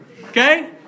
okay